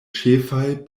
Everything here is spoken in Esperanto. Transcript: ĉefaj